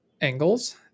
angles